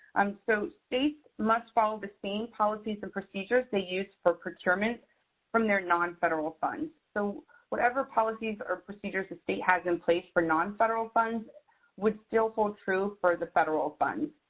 um so states must follow the same policies and procedures they use for procurement from their non-federal funds. so whatever policies or procedures the state has in place for non-federal funds would still hold true for the federal funds.